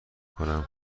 کنم